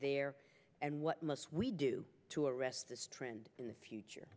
there and what must we do to arrest this trend in the future